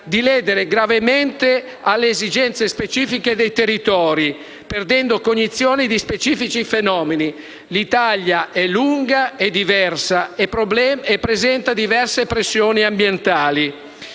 di ledere gravemente le esigenze specifiche dei territori, perdendo cognizione di specifici fenomeni. L'Italia è lunga e diversa e presenta diverse pressioni ambientali.